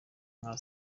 nka